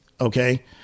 okay